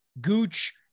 Gooch